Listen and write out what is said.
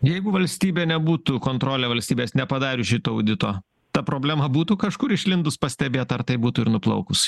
jeigu valstybė nebūtų kontrolė valstybės nepadarius šito audito ta problema būtų kažkur išlindus pastebėta ar tai būtų ir nuplaukus